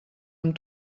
amb